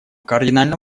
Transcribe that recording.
кардинально